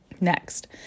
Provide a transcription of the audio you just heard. next